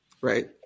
right